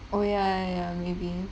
oh ya ya ya maybe